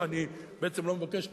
בעצם אני לא מבקש,